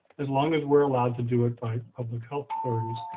as long as we're allowed to do it by public health authorities,